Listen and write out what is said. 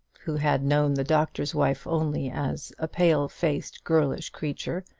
who had known the doctor's wife only as a pale-faced girlish creature,